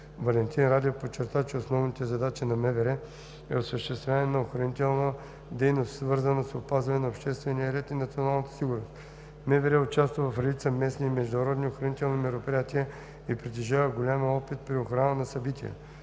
Валентин Радев подчерта, че основната задача на МВР е осъществяване на охранителна дейност, свързана с опазване на обществения ред и националната сигурност. МВР участва в редица местни и международни охранителни мероприятия и притежава голям опит при охрана на събития.